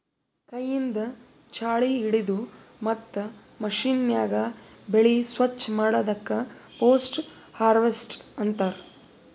ಕೈಯಿಂದ್ ಛಾಳಿ ಹಿಡದು ಮತ್ತ್ ಮಷೀನ್ಯಾಗ ಬೆಳಿ ಸ್ವಚ್ ಮಾಡದಕ್ ಪೋಸ್ಟ್ ಹಾರ್ವೆಸ್ಟ್ ಅಂತಾರ್